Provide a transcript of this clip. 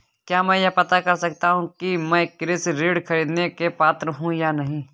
क्या मैं यह पता कर सकता हूँ कि मैं कृषि ऋण ख़रीदने का पात्र हूँ या नहीं?